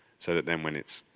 so that then when it's,